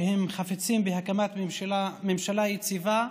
שהם חפצים בהקמת ממשלה יציבה,